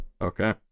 Okay